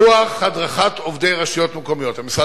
דוח הדרכת עובדי רשויות מקומיות: המשרד